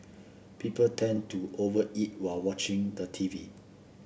people tend to over eat while watching the T V